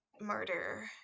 murder